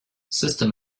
system